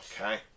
okay